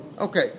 Okay